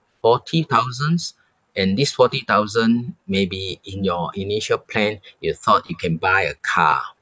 forty thousands and this forty thousand may be in your initial plan you thought you can buy a car